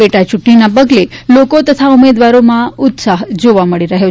પેટા ચુંટણીના પગલે લોકો તથા ઉમેદવારીના ઉત્સાહ જોવા મળી રહયો છે